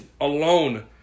Alone